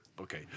Okay